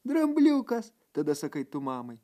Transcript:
drambliukas tada sakai tu mamai